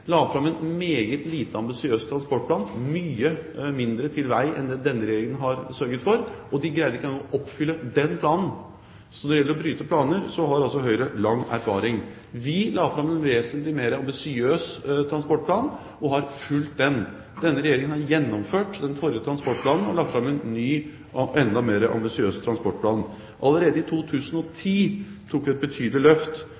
la fram en meget lite ambisiøs transportplan. Det var mye mindre til vei enn det denne regjeringen har sørget for. De greide ikke engang å oppfylle den planen. Så når det gjelder å bryte planer, har Høyre lang erfaring. Vi la fram en vesentlig mer ambisiøs transportplan, og vi har fulgt den. Denne regjeringen har gjennomført den forrige transportplanen og lagt fram en ny og enda mer ambisiøs transportplan. Allerede i 2010 tok vi et betydelig løft